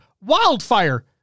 Wildfire